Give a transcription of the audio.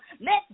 Let